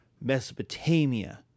Mesopotamia